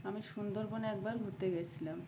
আমি সুন্দরবনে একবার ঘুরতে গিয়েছিলাম